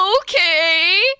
okay